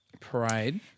Parade